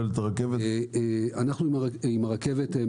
אנחנו משלבים עם הרכבת.